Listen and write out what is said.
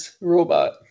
robot